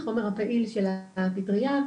החומר הפעיל של הפטריה,